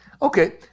Okay